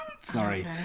Sorry